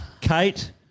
Kate